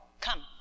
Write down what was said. Come